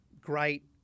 great